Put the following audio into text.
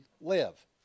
live